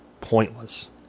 Pointless